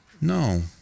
No